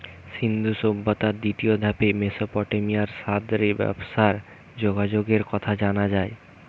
সিন্ধু সভ্যতার দ্বিতীয় ধাপে মেসোপটেমিয়ার সাথ রে ব্যবসার যোগাযোগের কথা জানা যায়